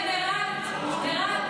הינה,